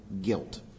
guilt